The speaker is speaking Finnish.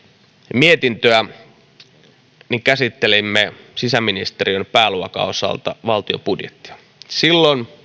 mietintöä käsittelimme sisäministeriön pääluokan osalta valtion budjettia silloin